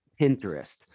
Pinterest